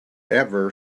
ever